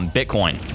Bitcoin